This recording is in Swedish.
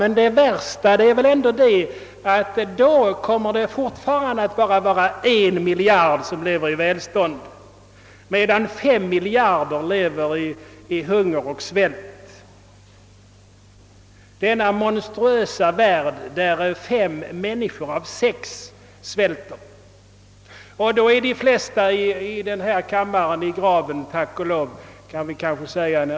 Men det värsta är väl ändå att det då fortfarande kommer att vara endast en miljard som lever i välstånd, medan fem miljarder lever i hunger och svält. Det blir en monstruös värld, där fem människor av sex svälter. När den dagen kommer ligger de flesta av denna kammares ledamöter i graven — tack och lov kanske vi skall säga.